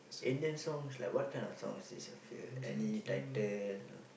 Indian songs like what kind of song is your favourite any title